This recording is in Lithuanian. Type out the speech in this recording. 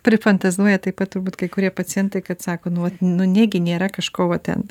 prifantazuoja taip pat turbūt kai kurie pacientai kad sako nu vat nu negi nėra kažko va ten